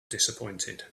disappointed